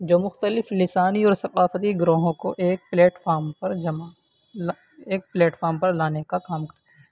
جو مختلف لسانی اور ثقافتی گروہوں کو ایک پلیٹفام پر جمع ایک پلیٹفام پر لانے کا کام کرتی ہے